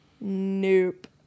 Nope